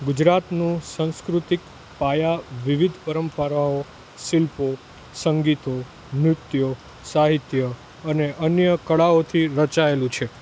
ગુજરાતનું સાંસ્કૃતિક પાયા વિવિધ પરંપરાઓ શિલ્પો સંગીતો નૃત્યો સાહિત્ય અને અન્ય કળાઓથી રચાયેલું છે